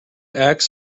axe